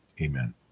Amen